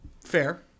fair